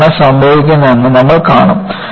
എന്താണ് സംഭവിക്കുന്നതെന്ന് നമ്മൾ കാണും